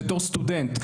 בתור סטודנט,